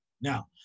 Now